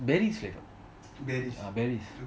berries flavour ah berries